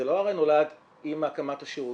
זה לא נולד עם הקמת השירות.